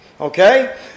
Okay